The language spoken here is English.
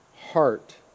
heart